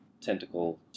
tentacle